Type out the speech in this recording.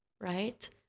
right